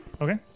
Okay